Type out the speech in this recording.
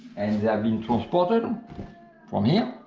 and they have been transported from here